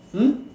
hmm